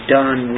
done